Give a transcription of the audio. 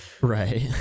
Right